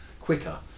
quicker